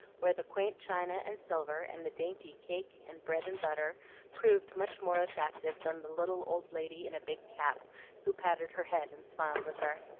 where the quaint china and silver, and the dainty cake and bread and butter proved much more attractive than the little old lady in a big cap who patted her head and smiled at her.